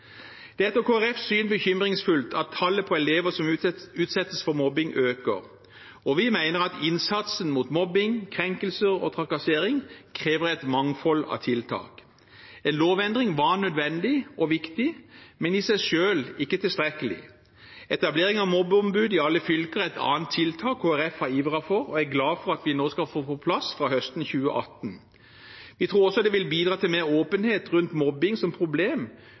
Det er etter Kristelig Folkepartis syn bekymringsfullt at tallet på elever som utsettes for mobbing, øker. Vi mener at innsatsen mot mobbing, krenkelser og trakassering krever et mangfold av tiltak. En lovendring var nødvendig og viktig, men i seg selv ikke tilstrekkelig. Etablering av mobbeombud i alle fylker er et annet tiltak Kristelig Folkeparti har ivret for og er glad for at vi skal få på plass fra høsten 2018. Vi tror også det vil bidra til mer åpenhet rundt mobbing som problem,